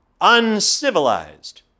uncivilized